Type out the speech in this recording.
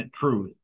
truth